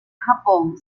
japón